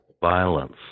violence